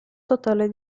totale